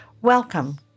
Welcome